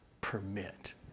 permit